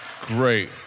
Great